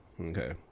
okay